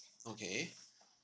okay